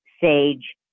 Sage